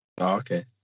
okay